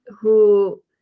who-